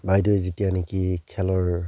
বাইদেউ যেতিয়া নেকি খেলৰ